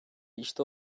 işte